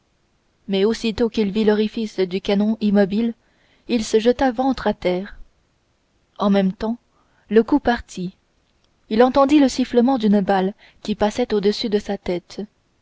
mais aussitôt qu'il vit l'orifice du canon immobile il se jeta ventre à terre en même temps le coup partit il entendit le sifflement d'une balle qui passait au-dessus de sa tête